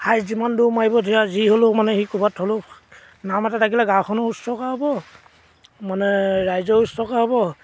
highest যিমান দৌৰ মাৰিব দিয়া যি হ'লেও মানে সি ক'ৰবাত হ'লেও নাম এটা থাকিলে গাঁওখনো উচৰ্গা হ'ব মানে ৰাইজেও উচৰ্গা হ'ব